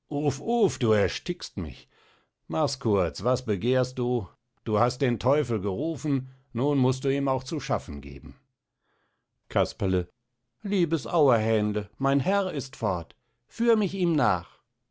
du erstickst mich machs kurz was begehrst du du hast den teufel gerufen nun must du ihm auch zu schaffen geben casperle liebes auerhähnle mein herr ist fort führ mich ihm nach